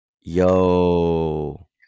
Yo